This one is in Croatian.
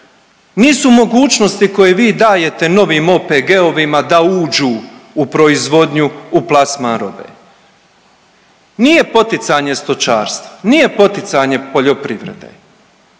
Nisu mogućnosti koje vi dajete novim OPG-ovima da uđu u proizvodnju, u plasman robe, nije poticanje stočarstva, nije poticanje poljoprivrede.